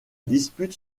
dispute